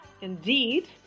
indeed